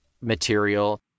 material